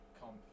comp